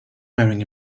wearing